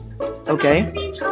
Okay